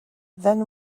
then